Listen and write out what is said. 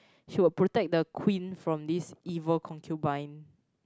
she will protect the queen from this evil concubine